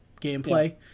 gameplay